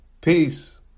Peace